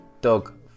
Dog